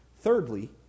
Thirdly